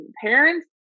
parents